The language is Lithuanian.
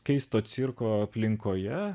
keisto cirko aplinkoje